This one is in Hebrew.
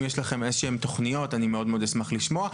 אם יש לכם תוכניות אשמח לשמוע.